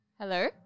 Hello